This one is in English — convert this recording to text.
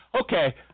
Okay